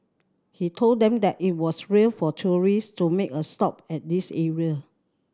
he told them that it was rare for tourist to make a stop at this area